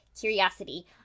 curiosity